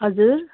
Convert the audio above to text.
हजुर